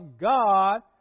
God